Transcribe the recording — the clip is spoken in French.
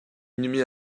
inhumée